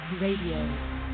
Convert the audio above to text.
Radio